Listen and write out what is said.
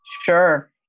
Sure